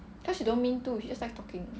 cause she don't mean to she just like talking